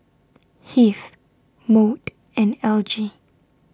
Heath Maude and Elgie